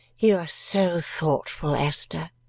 you are so thoughtful, esther,